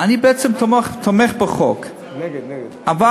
אני בעצם תומך בחוק, אבל